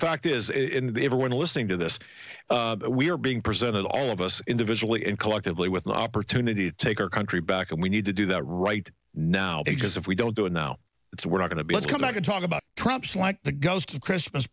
fact is that everyone listening to this we are being presented all of us individually and collectively with the opportunity to take our country back and we need to do that right now because if we don't do it now it's we're not going to be let's come back and talk about trump's like the ghost of christmas